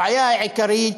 הבעיה העיקרית,